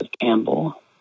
Campbell